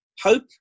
Hope